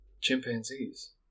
Chimpanzees